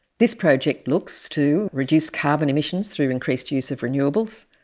this project looks to reduce carbon emissions through increased use of renewables,